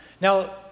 Now